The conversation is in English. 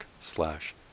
slash